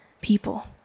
people